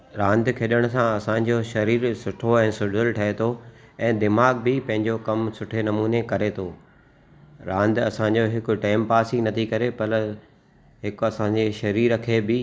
रांदि खेॾण सां असांजो शरीर सुठो ऐं सुजल ठहे थो ऐं दिमाग़ बि पंहिंजो कम सुठे नमूने करे थो रांदि असांजो हिकु टाइम पास नथी करे पर हिकु असांजे शरीर खे बि